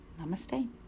Namaste